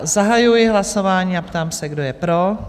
Zahajuji hlasování a ptám se, kdo je pro?